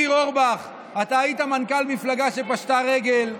ניר אורבך, אתה היית מנכ"ל מפלגה שפשטה רגל.